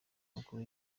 mukuru